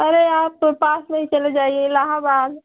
अरे आप पास में ही चले जाइए इलाहाबाद